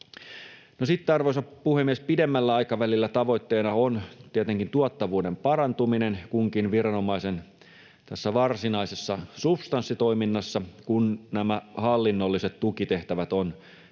arvoisa puhemies, pidemmällä aikavälillä tavoitteena on tietenkin tuottavuuden parantuminen kunkin viranomaisen varsinaisessa substanssitoiminnassa, kun nämä hallinnolliset tukitehtävät on keskitetty